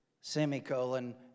Semicolon